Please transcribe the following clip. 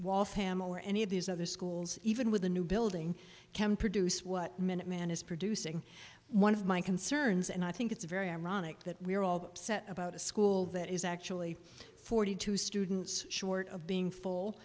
wall family or any of these other schools even with the new building can produce what minuteman is producing one of my concerns and i think it's very ironic that we're all about a school that is actually forty two students short of being full